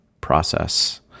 process